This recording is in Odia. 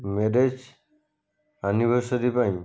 ମ୍ୟାରେଜ୍ ଆନିଭର୍ସରୀ ପାଇଁ